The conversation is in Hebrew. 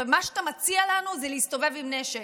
מה שאתה מציע לנו זה להסתובב עם נשק.